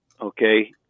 okay